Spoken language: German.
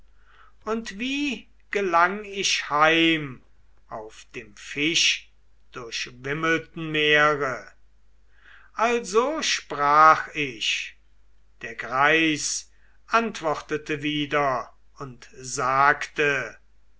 und wie gelang ich heim auf dem fischdurchwimmelten meere also sprach ich der greis antwortete wieder und sagte